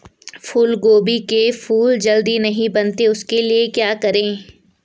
फूलगोभी के फूल जल्दी नहीं बनते उसके लिए क्या करें?